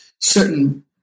certain